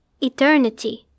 eternity